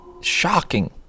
Shocking